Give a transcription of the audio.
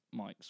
mics